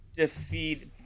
Defeat